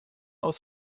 aus